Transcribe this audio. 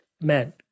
man